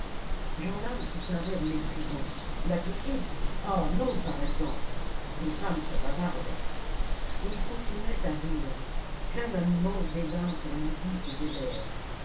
jeanlin eut un rire méprisant la petite ah non par exemple les femmes ça bavarde et il continuait à rire plein d'un immense dédain pour lydie et bébert